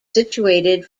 situated